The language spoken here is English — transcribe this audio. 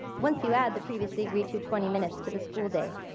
once you add the previously agreed to twenty minutes to the school day.